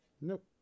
Nope